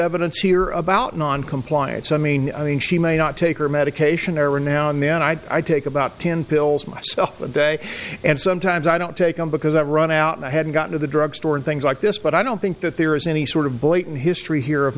evidence here about noncompliance i mean i mean she may not take her medication error now and then i take about ten pills myself a day and sometimes i don't take them because i've run out and i hadn't gotten to the drugstore and things like this but i don't think that there is any sort of blatant history here of